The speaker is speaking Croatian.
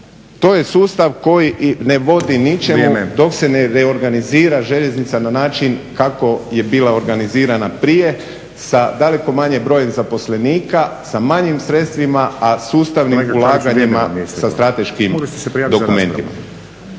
To je sustav koji ne vodi ničemu dok se ne reorganizira željeznica na način kako je bila organizirana prije sa daleko manjim brojem zaposlenika, sa manjim sredstvima a sustavnim ulaganjima sa strateškim dokumentima.